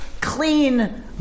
clean